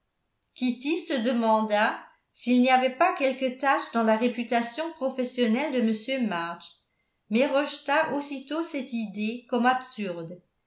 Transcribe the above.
kitty se demanda s'il n'y avait pas quelque tache dans la réputation professionnelle de m march mais rejeta aussitôt cette idée comme absurde